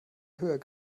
höher